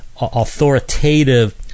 authoritative